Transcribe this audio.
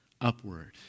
upward